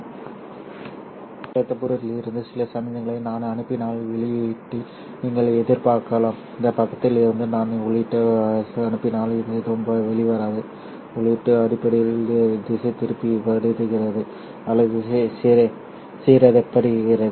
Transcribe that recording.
ஆகவே இடதுபுறத்தில் இருந்து சில சமிக்ஞைகளை நான் அனுப்பினால் வெளியீட்டில் நீங்கள் எதிர்பார்க்கலாம் இந்த பக்கத்திலிருந்து நான் உள்ளீட்டை அனுப்பினால் எதுவும் வெளிவராது உள்ளீடு அடிப்படையில் திசைதிருப்பப்படுகிறது அல்லது சிதறடிக்கப்படுகிறது